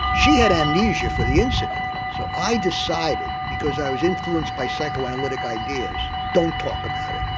she had amnesia for the incident so i decided, because i was influenced by psychoanalytic ideas, don't talk about it.